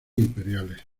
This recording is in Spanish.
imperiales